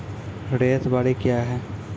रैयत बाड़ी क्या हैं?